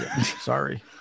Sorry